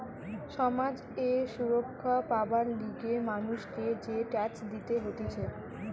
সমাজ এ সুরক্ষা পাবার লিগে মানুষকে যে ট্যাক্স দিতে হতিছে